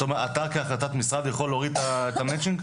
אתה כהחלטת משרד יכול להוריד את המצ'ינג?